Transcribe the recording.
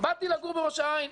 באתי לגור בראש העין,